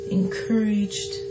encouraged